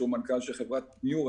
שהוא מנכ"ל של חברת נירסט,